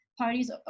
parties